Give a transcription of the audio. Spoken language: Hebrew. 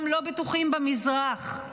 גם לא בטוחים במזרח.